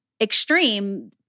extreme